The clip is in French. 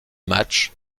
match